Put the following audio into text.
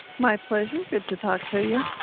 my pleasure, good to talk to you.